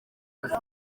akazi